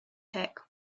pick